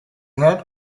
had